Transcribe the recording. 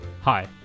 Hi